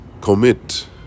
commit